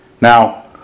Now